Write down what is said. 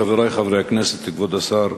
חברי חברי הכנסת, כבוד השר,